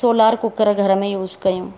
solar cooker घर में use कयूं